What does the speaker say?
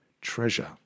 treasure